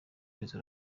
izo